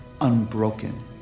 unbroken